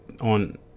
on